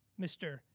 Mr